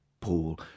Paul